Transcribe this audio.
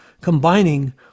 combining